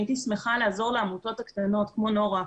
אני הייתי שמחה לעזור לעמותות הקטנות כמו נורה,